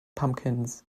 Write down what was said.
pumpkins